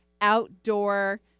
outdoor